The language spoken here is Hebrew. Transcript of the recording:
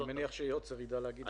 אני מניח שאריאל יוצר ידע להגיד לנו.